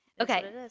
Okay